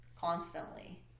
constantly